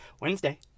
wednesday